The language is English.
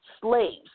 Slaves